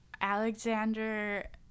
Alexander